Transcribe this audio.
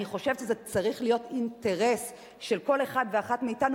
אני חושבת שזה צריך להיות אינטרס של כל אחד ואחת מאתנו.